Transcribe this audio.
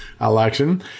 election